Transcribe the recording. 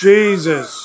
Jesus